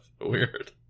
weird